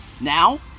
now